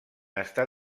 estar